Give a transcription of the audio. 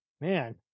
man